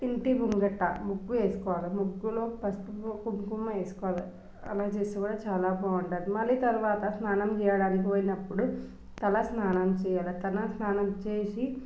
ఇంటి ముంగట ముగ్గు వేసుకోవాలి ముగ్గులో పసుపు కుంకుమ వేసుకోవాలి అలా చేస్తే కూడా చాలా బాగుంటుంది మళ్ళీ తర్వాత స్నానం చేయడానికి పోయినప్పుడు తలస్నానం చేయాలి తలస్నానం చేసి